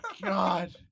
god